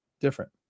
different